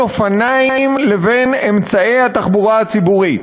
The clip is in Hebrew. אופניים לבין אמצעי התחבורה הציבורית.